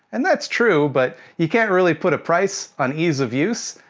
and that's true, but you can't really put a price on ease of use.